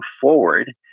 forward